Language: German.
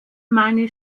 meine